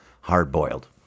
hard-boiled